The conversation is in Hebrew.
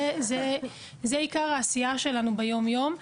וזו עיקר העשייה שלנו ביום-יום.